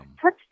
touch